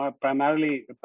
primarily